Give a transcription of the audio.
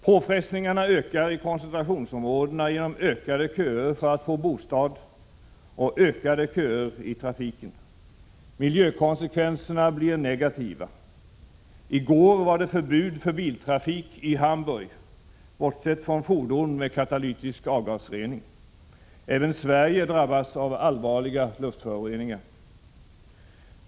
Påfrestningarna ökar i koncentrationsområdena genom ökade köer för att få bostad och ökade köer i trafiken. Miljökonsekvenserna blir negativa. I går var det förbud för biltrafiken i Hamburg, bortsett från fordon med katalytisk avgasrening. Även Sverige drabbas av allvarliga luftföroreningar.